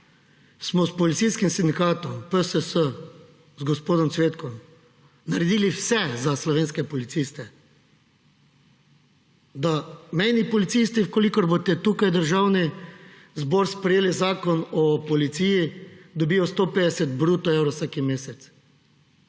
smo s policijskim sindikatom, PSS, z gospodom Cvetkom, naredili vse za slovenske policiste, da mejni policisti, v kolikor boste tukaj v Državni zbor sprejeli Zakon o policiji, dobijo 150 bruto evrov vsak mesec,